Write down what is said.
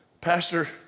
Pastor